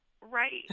right